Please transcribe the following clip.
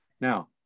Now